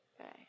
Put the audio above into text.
Okay